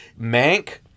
Mank